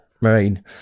Marine